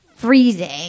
Freezing